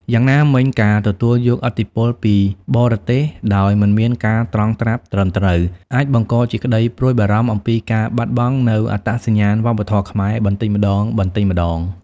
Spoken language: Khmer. យ៉ាងណាមិញ ការទទួលយកឥទ្ធិពលពីបរទេសដោយមិនមានការត្រងត្រាប់ត្រឹមត្រូវ អាចបង្កជាក្តីព្រួយបារម្ភអំពីការបាត់បង់នូវអត្តសញ្ញាណវប្បធម៌ខ្មែរបន្តិចម្តងៗ។